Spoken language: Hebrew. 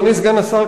אדוני סגן השר,